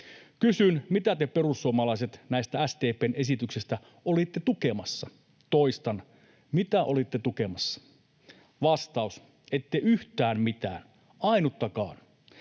Kysyn: mitä te, perussuomalaiset, näistä SDP:n esityksistä olitte tukemassa? Toistan: mitä olitte tukemassa? Vastaus: ette yhtään mitään, ainuttakaan.